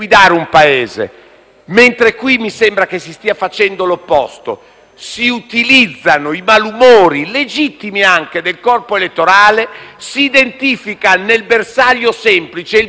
mentre qui mi sembra si stia facendo l'opposto. Si utilizzano i malumori, anche legittimi, del corpo elettorale e si identifica nel bersaglio semplice - il Parlamento